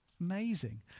Amazing